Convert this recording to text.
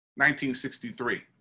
1963